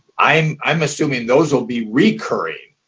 i'm i'm assuming those will be recurring,